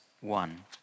one